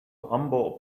humble